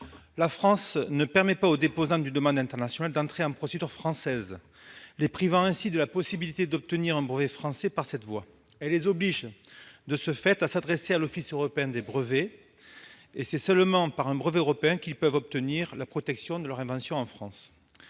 la France ne permet pas aux déposants d'une demande internationale d'entrer en procédure française, les privant ainsi de la possibilité d'obtenir un brevet français par cette voie. Elle les oblige de ce fait à s'adresser à l'Office européen des brevets. C'est seulement par un brevet européen qu'ils peuvent obtenir la protection de leur invention en France.